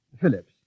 Phillips